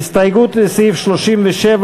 ההסתייגות של קבוצת סיעת מרצ לסעיף 37